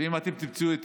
ואם תרצו,